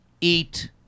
eat